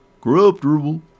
corruptible